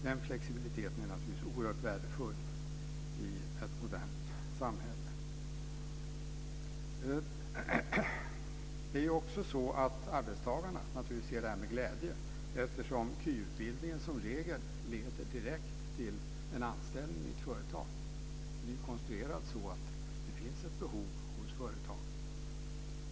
Den flexibiliteten är naturligtvis oerhört värdefull i ett modernt samhälle. Arbetstagarna ser det här naturligtvis med glädje, eftersom KY som regel direkt leder till en anställning i ett företag. Den är konstruerad så att det finns ett behov hos företagen.